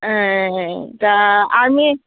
তা আৰ্মি